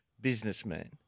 businessman